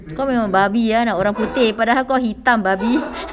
kau yang babi eh nak orang putih padahal kau hitam babi